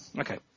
Okay